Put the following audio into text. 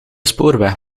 spoorweg